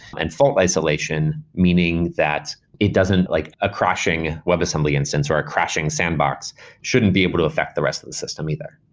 and fault isolation, meaning that it doesn't like a crashing web assembly instance or a crashing sandbox shouldn't be able to affect the rest of the system either.